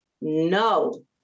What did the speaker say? no